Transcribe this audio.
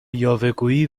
یاوهگویی